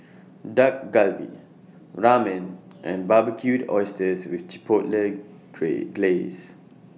Dak Galbi Ramen and Barbecued Oysters with Chipotle Glaze